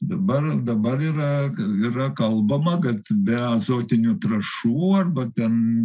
dabar dabar yra yra kalbama kad be azotinių trąšų arba ten